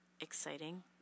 exciting